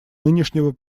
нынешнего